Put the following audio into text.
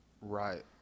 Right